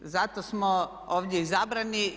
Zato smo ovdje izabrani.